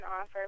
offer